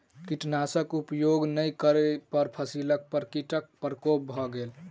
कीटनाशक उपयोग नै करै पर फसिली पर कीटक प्रकोप भ गेल